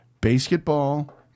Basketball